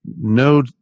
No